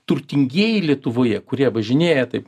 turtingieji lietuvoje kurie važinėja taip